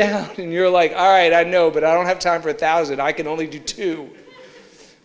down when you're like all right i know but i don't have time for a thousand i can only do two